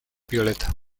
violeta